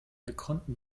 gekonnten